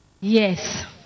yes